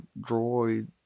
droid